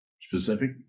Specific